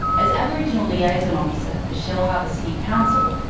as aboriginal liaison officer for shellharbour city council,